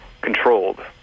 controlled